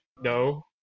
no